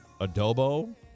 Adobo